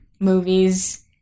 movies